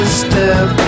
step